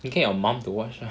you can get your mum to watch lah